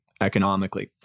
economically